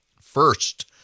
First